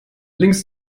links